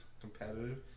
competitive